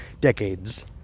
decades